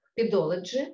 pedology